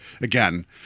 again